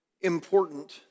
important